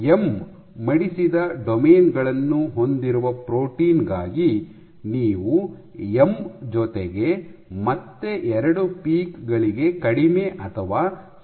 'ಎಂ"M' ಮಡಿಸಿದ ಡೊಮೇನ್ ಗಳನ್ನು ಹೊಂದಿರುವ ಪ್ರೋಟೀನ್ ಗಾಗಿ ನೀವು ಎಂ ಜೊತೆಗೆ ಮತ್ತೆ ಎರಡು ಪೀಕ್ ಗಳಿಗೆ ಕಡಿಮೆ ಅಥವಾ ಸಮನಾಗಿರಬಹುದು